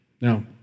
Now